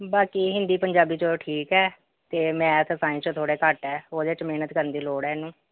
ਬਾਕੀ ਹਿੰਦੀ ਪੰਜਾਬੀ 'ਚੋਂ ਠੀਕ ਹੈ ਅਤੇ ਮੈਥ ਸਾਇੰਸ 'ਚੋਂ ਥੋੜ੍ਹੇ ਘੱਟ ਹੈ ਉਹਦੇ 'ਚ ਮਿਹਨਤ ਕਰਨ ਦੀ ਲੋੜ ਹੈ ਇਹਨੂੰ